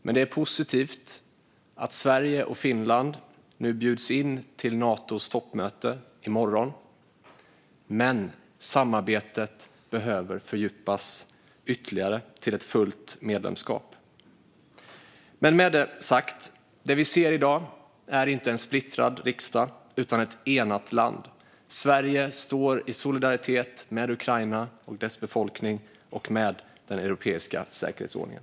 Det är positivt att Sverige och Finland nu bjuds in till Natos toppmöte i morgon, men samarbetet behöver fördjupas ytterligare - till ett fullt medlemskap. Med det sagt är det vi ser i dag inte en splittrad riksdag utan ett enat land. Sverige står i solidaritet med Ukraina och dess befolkning och med den europeiska säkerhetsordningen.